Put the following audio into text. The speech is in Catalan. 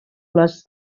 les